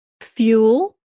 fuel